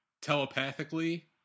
telepathically